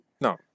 No